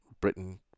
Britain